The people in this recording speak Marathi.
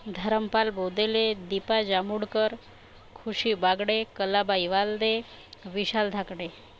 धर्मपाल बोधिले दीपा जांभूडकर खुशी बागडे कलाबाई वाल्दे विशाल धाकडे